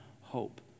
hope